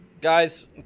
guys